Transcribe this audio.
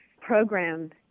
program